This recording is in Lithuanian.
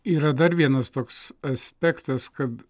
yra dar vienas toks aspektras kad